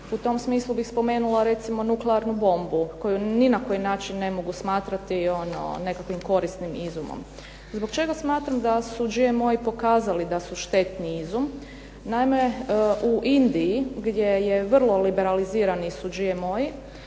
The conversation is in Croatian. U tom smislu bih spomenula recimo nuklearnu bombu, koju ni na koji način ne mogu smatrati ono nekakvim korisnim izumom. Zbog čega smatram da su GMO-i pokazali da su štetni izum? Naime, u Indiji gdje je vrlo liberalizirani su GMO-i